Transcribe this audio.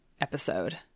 episode